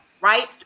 right